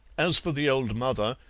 as for the old mother,